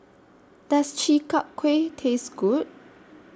Does Chi Kak Kuih Taste Good